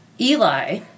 Eli